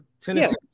Tennessee